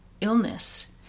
illness